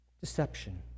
Deception